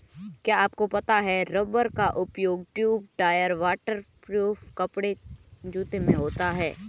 क्या आपको पता है रबर का उपयोग ट्यूब, टायर, वाटर प्रूफ कपड़े, जूते में होता है?